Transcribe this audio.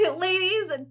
ladies